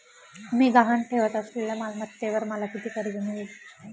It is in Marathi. मी गहाण ठेवत असलेल्या मालमत्तेवर मला किती कर्ज मिळेल?